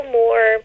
more